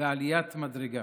בעליית מדרגה.